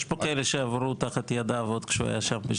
יש עוד כאלה שעברו תחת ידיו עוד כשהוא היה שם.